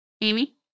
Amy